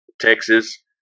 Texas